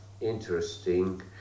interesting